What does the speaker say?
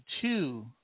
two